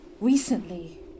Recently